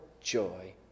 joy